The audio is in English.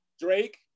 Drake